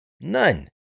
None